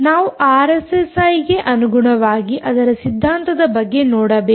ನಾವು ಆರ್ಎಸ್ಎಸ್ಐಗೆ ಅನುಗುಣವಾಗಿ ಅದರ ಸಿದ್ಧಾಂತದ ಬಗ್ಗೆ ನೋಡಬೇಕು